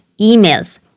emails